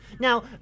Now